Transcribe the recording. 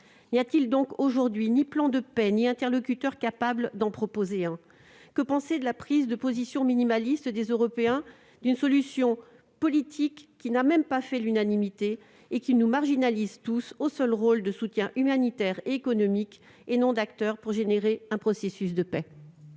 N'y a-t-il donc aujourd'hui ni plan de paix ni interlocuteur capable d'en proposer un ? Que penser de la prise de position minimaliste des Européens sur une solution politique, qui n'a même pas fait l'unanimité, et qui nous marginalise tous dans un rôle de soutiens humanitaires, économiques, à défaut d'être des acteurs d'un véritable processus de paix ?